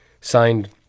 Signed